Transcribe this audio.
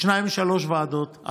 שתיים-שלוש ועדות,